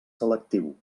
selectiu